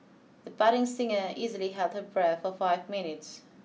the budding singer easily held her breath for five minutes